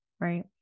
right